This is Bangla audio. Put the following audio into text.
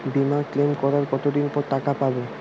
বিমা ক্লেম করার কতদিন পর টাকা পাব?